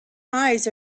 eyes